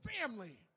family